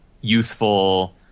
youthful